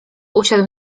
usiadł